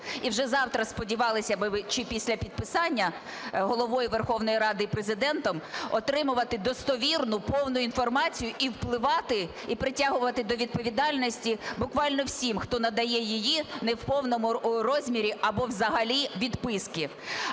і вже завтра сподівалися б чи після підписання Головою Верховної Ради і Президентом отримувати достовірну, повну інформацію і впливати, і притягувати до відповідальності буквально всіх, хто надає її в неповному розмірі або взагалі відписки.